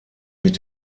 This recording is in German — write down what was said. mit